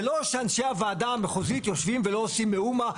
זה לא שאנשי הוועדה המחוזית יושבים ולא עושים מאומה.